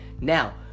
Now